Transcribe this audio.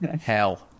hell